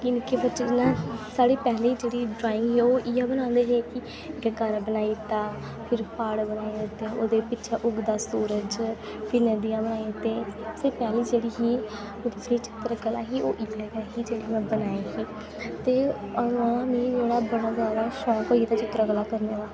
कि मिगी बच्चे जियां साढ़ी पैह्ली जेह्ड़ी ड्राईंग ही ओह् इ'यै बनांदे हे कि इक घर बनाई दित्ता फिर प्हाड़ बनाई दित्ते ओह्दे पिच्छें उग्गदा सूरज फ्ही नदियां बनाई दिते सबसे पैह्ली जेह्ड़ी ही ओह्दी जेह्ड़ी चित्तर कला ही ओह् इ'यै ही जेह्ड़ी में बनाई ही ते अदूआं दा मीं ओह्दा बड़ा जादा शौंक होई दा चित्तर कला करने दा